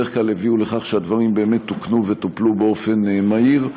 בדרך כלל הביאה לכך שהדברים באמת תוקנו וטופלו באופן מהיר.